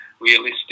realistic